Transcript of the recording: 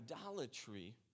idolatry